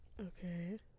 Okay